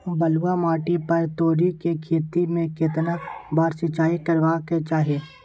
बलुआ माटी पर तोरी के खेती में केतना बार सिंचाई करबा के चाही?